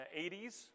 80s